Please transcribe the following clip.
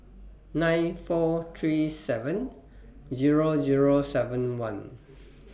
nine four three seven Zero Zero seven one